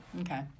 Okay